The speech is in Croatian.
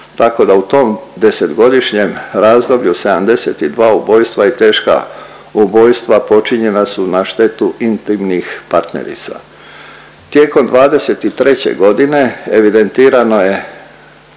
tako da u tom 10-godišnjem razdoblju 72 ubojstva i teška ubojstva počinjena su na štetu intimnih partnerica. Tijekom '23.g. evidentirano je